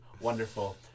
wonderful